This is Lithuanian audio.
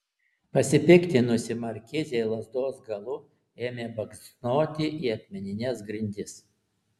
pasipiktinusi markizė lazdos galu ėmė baksnoti į akmenines grindis